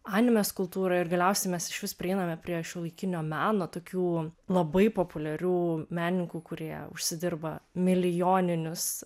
animės kultūrą ir galiausiai mes išvis prieiname prie šiuolaikinio meno tokių labai populiarių menininkų kurie užsidirba milijoninius